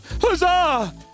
Huzzah